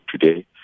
today